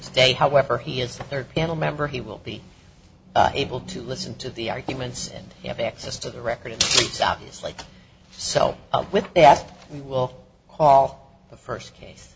today however he is the third panel member he will be able to listen to the arguments and have access to the record it is obviously so with that we will call the first case